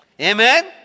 Amen